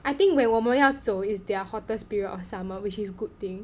I think when 我们要走 is their hottest period of summer which is good thing